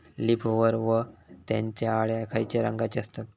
Leaf hopper व त्यानचो अळ्या खैचे रंगाचे असतत?